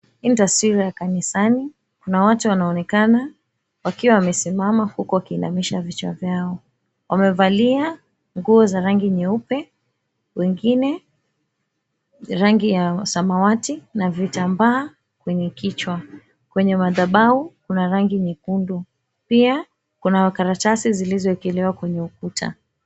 Hii ni taswira ya kanisani. Kuna watu wanaonekana wakiwa wamesimama huku wakiinamisha vichwa vyao. Wamevalia nguo za rangi nyeupe wengine rangi ya samawati na vitambaa kwenye kichwa. Kwenye madhabahu kuna rangi nyekundu, pia kuna karatasi zilizoekelewa kwenye ukuta.